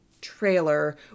trailer